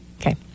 Okay